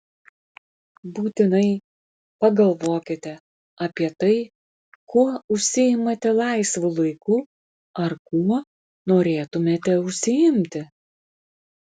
būtinai pagalvokite apie tai kuo užsiimate laisvu laiku ar kuo norėtumėte užsiimti